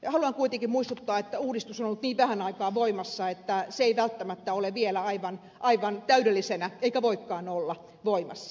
haluan kuitenkin muistuttaa että uudistus on ollut niin vähän aikaa voimassa että se ei välttämättä ole vielä aivan täydellisenä eikä voikaan olla voimassa